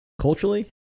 culturally